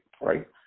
right